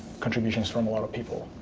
contributions from a lot of people.